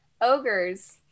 Ogres